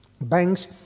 banks